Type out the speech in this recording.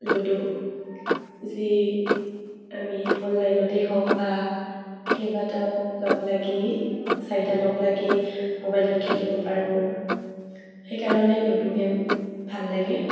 ludo যি আমি অনলাইনতেই হওক বা কেইবাটাও লগ লাগি চাৰিটা লগ লাগি মোবাইলত খেলিব পাৰোঁ সেইকাৰণে লুডু গেইম ভাল লাগে